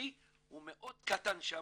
הכספי הוא מאוד קטן שם.